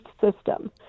system